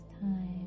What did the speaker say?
time